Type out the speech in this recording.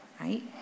right